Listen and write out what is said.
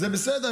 זה בסדר,